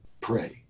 pray